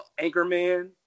Anchorman